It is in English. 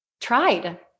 tried